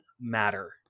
matter